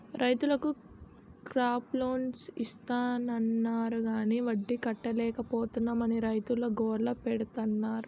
రైతులకు crop loans ఇస్తాన్నారు గాని వడ్డీ కట్టలేపోతున్నాం అని రైతులు గోల పెడతన్నారు